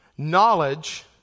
Knowledge